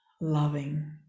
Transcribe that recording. loving